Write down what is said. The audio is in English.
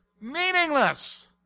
meaningless